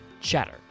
Chatter